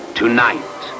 tonight